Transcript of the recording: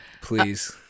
please